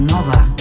Nova